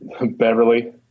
Beverly